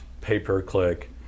pay-per-click